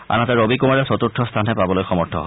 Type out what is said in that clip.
আনহাতে ৰবি কুমাৰে চতূৰ্থ স্থানহে পাবলৈ সমৰ্থ হয়